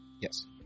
Yes